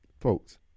Folks